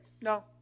no